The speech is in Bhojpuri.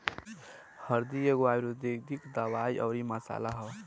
हरदी एगो आयुर्वेदिक दवाई अउरी मसाला हअ